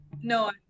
no